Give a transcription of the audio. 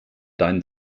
deinen